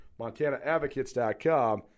Montanaadvocates.com